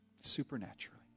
supernaturally